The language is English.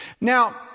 Now